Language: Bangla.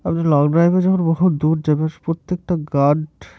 আপনি লং ড্রাইভে যখন বহুত দূর যাবেন প্রত্যেকটা গার্ড